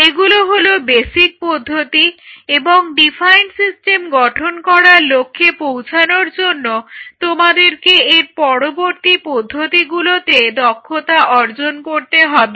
এগুলো হলো বেসিক পদ্ধতি এবং ডিফাইন্ড সিস্টেম গঠন করার লক্ষ্যে পৌঁছানোর জন্য তোমাদেরকে এর পরবর্তী পদ্ধতিগুলোতে দক্ষতা অর্জন করতে হবে